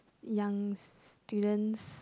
young students